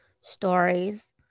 stories